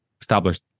established